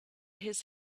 his